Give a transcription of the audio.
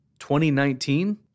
2019